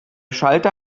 schalter